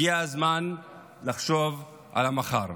הגיע הזמן לחשוב על המחר.